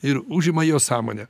ir užima jo sąmonę